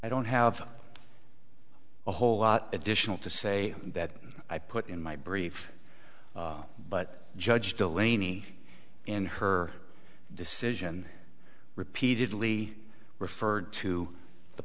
i don't have a whole lot additional to say that i put in my brief but judge delaine e in her decision repeatedly referred to the